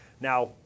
Now